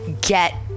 get